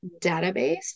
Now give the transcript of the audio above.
database